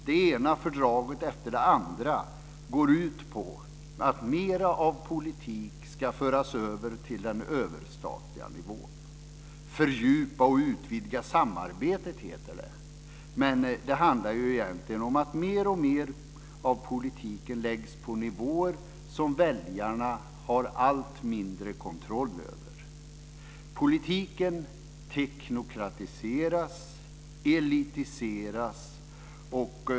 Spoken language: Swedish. Det ena fördraget efter det andra går ut på att mera av politik ska föras över till den överstatliga nivån. Fördjupa och utvidga samarbetet, heter det. Men det handlar egentligen om att mer och mer av politiken läggs på nivåer som väljarna har allt mindre kontroll över. Politiken teknokratiseras och elitiseras.